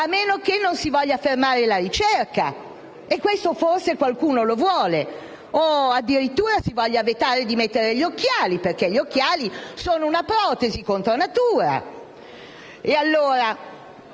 a meno che non si voglia fermare la ricerca. Questo forse qualcuno lo vuole o, addirittura, si vuole vietare di mettere gli occhiali perché sono una protesi contro natura.